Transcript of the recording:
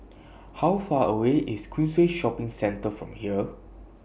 How Far away IS Queensway Shopping Centre from here